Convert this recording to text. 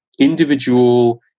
individual